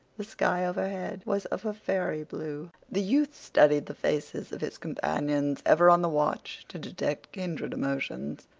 the sky overhead was of a fairy blue. the youth studied the faces of his companions, ever on the watch to detect kindred emotions.